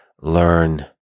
learn